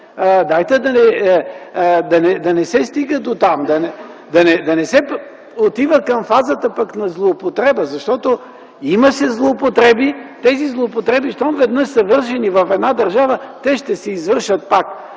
Дайте да не се стига дотам, да не се отива към фазата пък на злоупотреба, защото имаше злоупотреби. Тези злоупотреби щом веднъж са вършени в една държава, те ще се извършват пак.